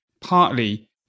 partly